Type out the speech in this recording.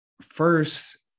first